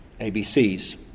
ABCs